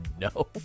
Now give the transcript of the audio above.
no